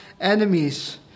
enemies